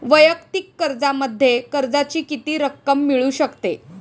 वैयक्तिक कर्जामध्ये कर्जाची किती रक्कम मिळू शकते?